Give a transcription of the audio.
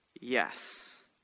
yes